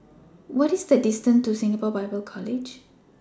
What IS The distance to Singapore Bible College